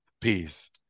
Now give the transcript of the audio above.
Peace